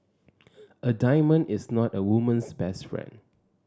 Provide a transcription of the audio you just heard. a diamond is not a woman's best friend